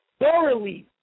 Thoroughly